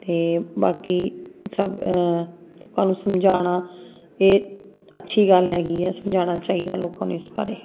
ਅਤੇ ਬਾਕੀ ਸਭ ਤੁਹਾਨੂੰ ਸਮਝਾਉਣਾ ਇਹ ਅੱਛੀ ਗੱਲ ਹੈਗੀ ਹੈ ਸਮਝਾਉਣਾ ਚਾਹੀਦਾ ਲੋਕਾਂ ਨੂੰ ਇਸ ਬਾਰੇ